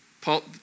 Paul